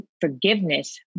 forgiveness